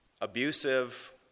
abusive